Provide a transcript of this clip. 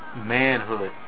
manhood